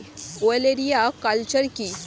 ওলেরিয়া কালচার কি?